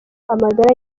amagara